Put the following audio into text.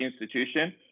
institution